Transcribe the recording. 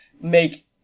make